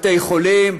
בתי חולים,